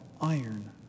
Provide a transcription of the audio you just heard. iron